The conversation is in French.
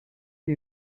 les